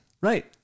Right